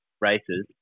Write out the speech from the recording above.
races